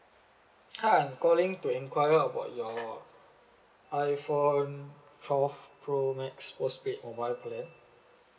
hi I'm calling to enquire about your iphone twelve pro max postpaid mobile plan